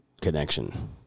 connection